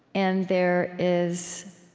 and there is,